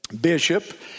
bishop